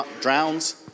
drowns